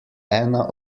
ena